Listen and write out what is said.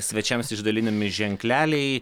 svečiams išdalinami ženkleliai